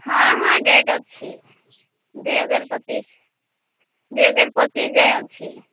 ହଁ ହଁ ଡ଼େଟ୍ ଅଛି ଦୁଇ ହଜାର ପଚିଶି ଦୁଇ ହଜାର ପଚିଶି ଯାଏଁ ଅଛି